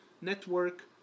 network